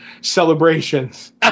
celebrations